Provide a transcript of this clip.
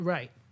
Right